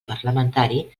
parlamentari